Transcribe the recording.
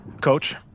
Coach